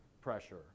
pressure